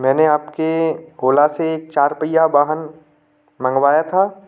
मैने आपके गोला से चार पहिया वाहन मंगवाया था